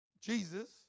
Jesus